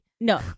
No